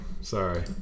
sorry